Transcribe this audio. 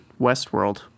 Westworld